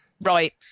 right